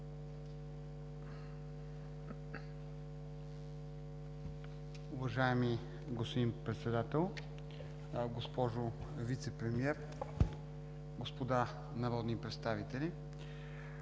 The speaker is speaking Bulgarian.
Уважаеми господин Председател, Госпожо Вицепремиер, господа народни представители!